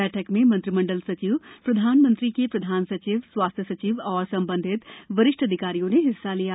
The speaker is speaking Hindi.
बैठक में मंत्रिमंडल सचिव प्रधानमंत्री के प्रधान सचिव स्वास्थ सचिव और संबंधित वरिष्ठम अधिकारियों ने हिस्सा लिया